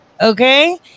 Okay